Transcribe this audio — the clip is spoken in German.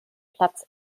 platz